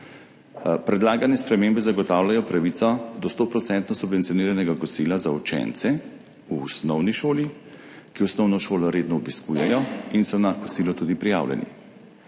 Predlagane spremembe zagotavljajo pravico do 100 % subvencioniranega kosila za učence v osnovni šoli, ki osnovno šolo redno obiskujejo in so na kosilo tudi prijavljeni.